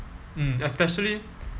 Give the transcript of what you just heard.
mm especially